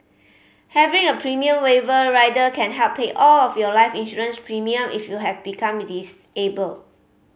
having a premium waiver rider can help pay all of your life insurance premium if you have become able